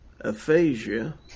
Aphasia